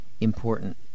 important